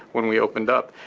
when we opened up.